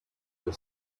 you